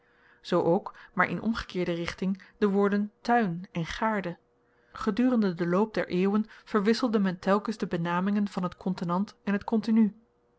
zoo ook maar in omgekeerde richting de woorden tuin en gaarde gedurende den loop der eeuwen verwisselde men telkens de benamingen van t contenant en t contenu